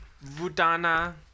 Vudana